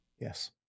Yes